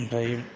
ओमफ्राय